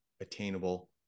attainable